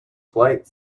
flight